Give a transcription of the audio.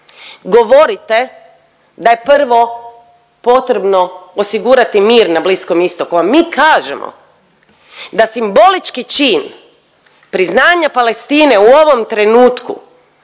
Govorite da je prvo potrebno osigurati mir na Bliskom istoku, a mi kažemo da simbolički čin priznanja Palestine u ovom trenutku